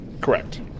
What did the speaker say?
Correct